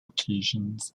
occasions